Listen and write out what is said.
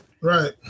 right